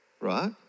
right